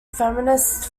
feminists